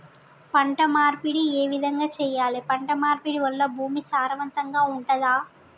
పంట మార్పిడి ఏ విధంగా చెయ్యాలి? పంట మార్పిడి వల్ల భూమి సారవంతంగా ఉంటదా?